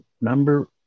number